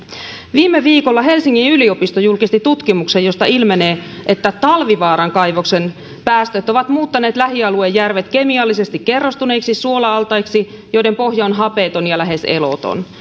viime viikolla helsingin yliopisto julkisti tutkimuksen josta ilmenee että talvivaaran kaivoksen päästöt ovat muuttaneet lähialuejärvet kemiallisesti kerrostuneiksi suola altaiksi joiden pohja on hapeton ja lähes eloton